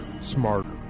smarter